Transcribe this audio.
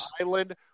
Island